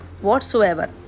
whatsoever